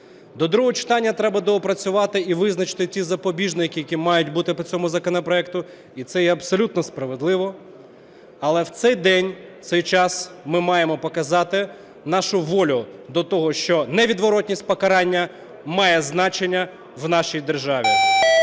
До другого читання треба доопрацювати і визначити ті запобіжники, які мають бути по цьому законопроекту, і це є абсолютно справедливо. Але в цей день, в цей час ми маємо показати нашу волю до того, що невідворотність покарання має значення в нашій державі.